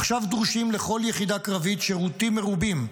"עכשיו דרושים לכל יחידה קרבית שירותים מרובים,